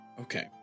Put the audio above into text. okay